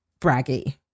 braggy